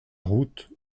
route